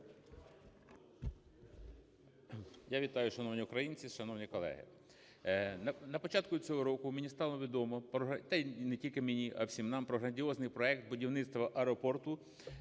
Я вітаю, шановні українці, шановні колеги! На початку цього року мені стало відомо, та і не тільки мені, а всім нам, про грандіозний проект з будівництва аеропорту